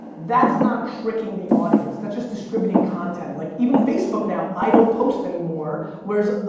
that's not tricking the audience, that's just distributing content, like even facebook now, i don't post anymore, where,